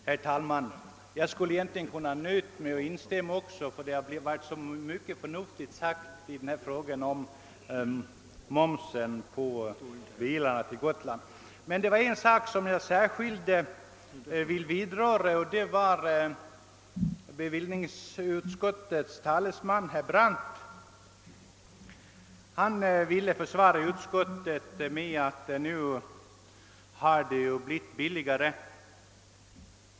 Herr talman! Jag skulle egentligen ha kunnat nöja mig med att instämma, eftersom så mycket förnuftigt har sagts i denna fråga om momsen på bilarna från och till Gotland. Det var dock en sak som jag särskilt vill vidröra. Bevillningsutskottets talesman herr Brandt, ville försvara utskottet med att frakterna nu hade blivit billigare.